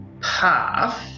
path